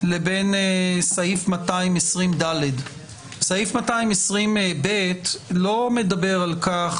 לבין סעיף 220ד. סעיף 220ב לא מדבר על כך,